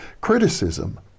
criticism